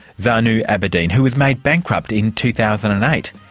zanu aberdeen, who was made bankrupt in two thousand and eight,